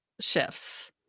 shifts